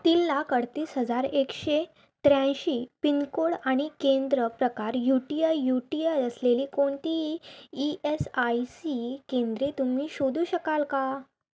तीन लाख अडतीस हजार एकशे त्र्याऐंशी पिनकोड आणि केंद्र प्रकार U T I U T I असलेली कोणतीही ई एस आय सी केंद्रे तुम्ही शोधू शकाल का